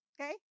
Okay